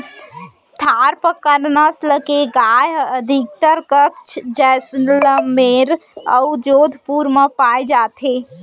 थारपकर नसल के गाय ह अधिकतर कच्छ, जैसलमेर अउ जोधपुर म पाए जाथे